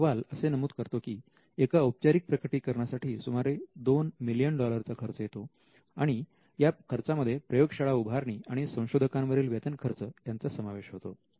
हा अहवाल असे नमूद करतो की एका औपचारिक प्रकटीकरणा साठी सुमारे दोन मिलियन डॉलरचा खर्च येतो आणि या खर्चामध्ये प्रयोगशाळा उभारणी आणि संशोधका वरील वेतन खर्च यांचा समावेश होतो